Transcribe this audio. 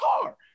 car